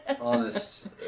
Honest